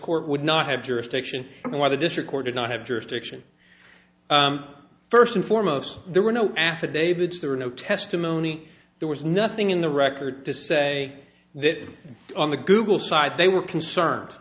court would not have jurisdiction and why the district court did not have jurisdiction first and foremost there were no affidavits there were no testimony there was nothing in the record to say that on the google side they were concerned